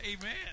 Amen